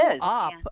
up